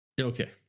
Okay